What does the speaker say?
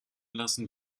lassen